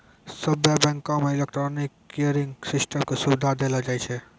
सभ्भे बैंको मे इलेक्ट्रॉनिक क्लियरिंग सिस्टम के सुविधा देलो जाय छै